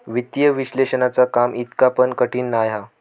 वित्तीय विश्लेषणाचा काम इतका पण कठीण नाय हा